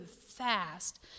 fast